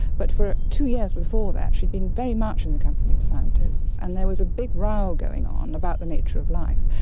but for two years before that she had been very much in the company of scientists. and there was a big row going on about the nature of life,